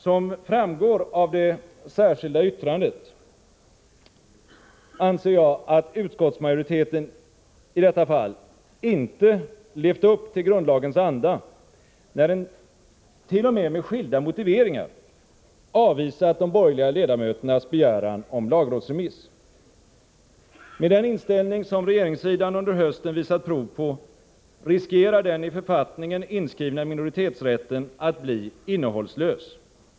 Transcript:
Som framgår av det särskilda yttrandet anser jag att utskottsmajoriteten i detta fall inte levt upp till grundlagens anda, när den — t.o.m. med skilda motiveringar — avvisat de borgerliga ledamöternas begäran om lagrådsremiss. Med den inställning som regeringssidan under hösten visat prov på riskerar den i författningen inskrivna minoritetsrätten att bli innehållslös.